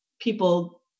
people